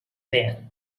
band